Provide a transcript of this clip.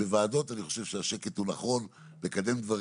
בוועדות אני חושב שהשקט הוא נכון לקדם דברים,